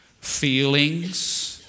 Feelings